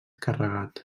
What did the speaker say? carregat